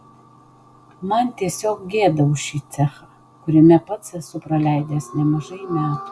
man tiesiog gėda už šį cechą kuriame pats esu praleidęs nemažai metų